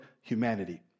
humanity